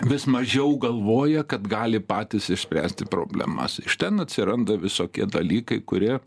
vis mažiau galvoja kad gali patys išspręsti problemas iš ten atsiranda visokie dalykai kurie